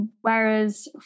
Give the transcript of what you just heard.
whereas